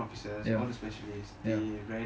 ya ya